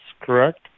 correct